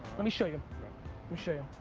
let me show you. let me show you.